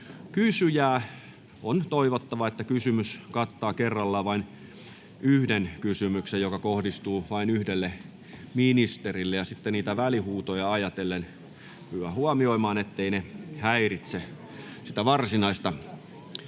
on toivottavaa, että kysymys kattaa kerrallaan vain yhden kysymyksen, joka kohdistuu vain yhdelle ministerille. Ja sitten välihuutoja ajatellen pyydän huomioimaan, etteivät ne häiritse sitä varsinaista keskustelua.